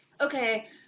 okay